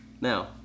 now